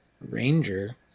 Ranger